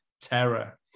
terror